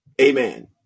amen